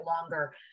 longer